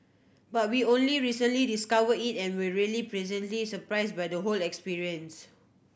but we only recently discovered it and were really pleasantly surprised by the whole experience